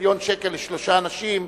מיליון שקל לשלושה אנשים,